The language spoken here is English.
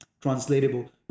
translatable